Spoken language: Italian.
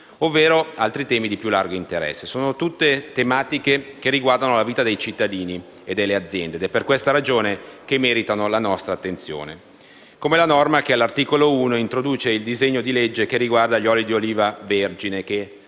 ovvero altri temi di più largo interesse. Tutte tematiche che riguardano la vita dei cittadini e delle aziende, ed è per questa ragione che meritano la nostra attenzione. Come la norma che, all'articolo 1, introduce il disegno di legge che riguarda gli oli d'oliva vergine (di